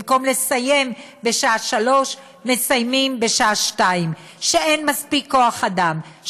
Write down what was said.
במקום לסיים בשעה 15:00 מסיימים בשעה 14:00. אין מספיק כוח אדם,